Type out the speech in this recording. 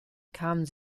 kamen